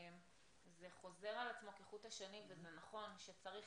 זה חוזר על עצמו כחוט השני וזה נכון שצריך